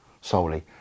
Solely